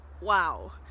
Wow